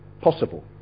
possible